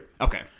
Okay